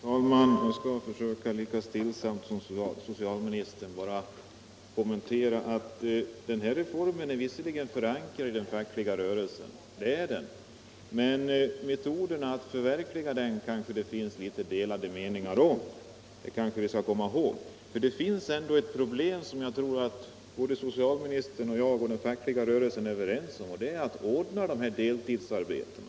Herr talman! Jag skall försöka att lika stillsamt som socialministern göra ett par kommentarer. Den här reformen är visserligen förankrad i den fackliga rörelsen, men metoderna att förverkliga den finns det litet delade meningar om. Det finns ett problem — det tror jag att socialministern och jag och den fackliga rörelsen är överens om — nämligen möjligheterna att ordna deltidsarbete.